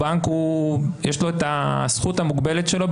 לבנק יש את הזכות המוגבלת שלו,